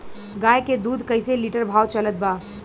गाय के दूध कइसे लिटर भाव चलत बा?